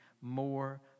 more